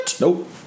Nope